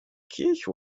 kirche